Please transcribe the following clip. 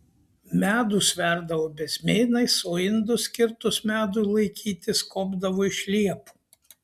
medų sverdavo bezmėnais o indus skirtus medui laikyti skobdavo iš liepų